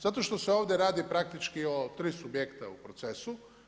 Zato što se ovdje radi praktički o 3 subjekta u procesu.